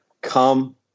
come